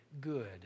good